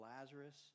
Lazarus